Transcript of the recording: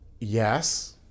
Yes